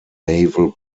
naval